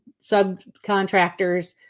subcontractors